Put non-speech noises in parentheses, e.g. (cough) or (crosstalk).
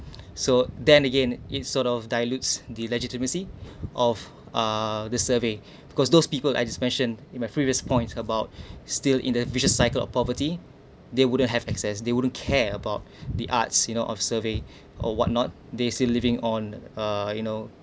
(breath) so then again it sort of dilutes the legitimacy of uh the survey (breath) because those people I just mentioned in my previous point about (breath) still in a vicious cycle of poverty they wouldn't have access they wouldn't care about (breath) the arts you know of survey (breath) or what not they still living on uh you know